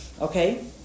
Okay